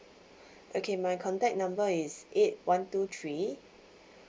okay my contact number is eight one two three